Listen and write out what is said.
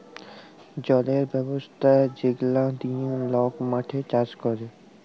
জলের ব্যবস্থা যেগলা দিঁয়ে লক মাঠে চাষ ক্যরে